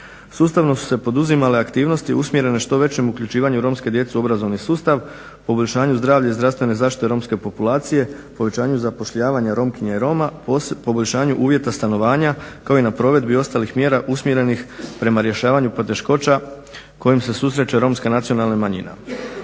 Sustavno su se poduzimale aktivnosti usmjerene k što većem uključivanju romske djece u obrazovni sustav, poboljšanju zdravlja i zdravstvene zaštite romske populacije, povećanju zapošljavanja Romkinja i Roma, poboljšanje uvjeta stanovanja kao i na provedbi ostalih mjera usmjerenih prema rješavanju poteškoća kojim se susreće romska nacionalna manjina.